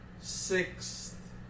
sixth